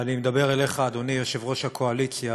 ואני מדבר אליך, אדוני יושב-ראש הקואליציה